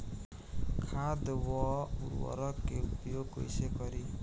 खाद व उर्वरक के उपयोग कइसे करी?